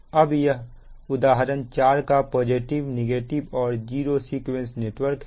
अब यह उदाहरण 4 का पॉजिटिव नेगेटिव और जीरो सीक्वेंस नेटवर्क है